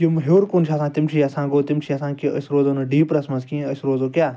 تِم ہیٚور کُن چھِ آسان تِم چھِ یَژھان کہ أسۍ روزو نہٕ ڈیٖپرَس مَنٛز کِہیٖنۍ أسۍ روزو کیاہ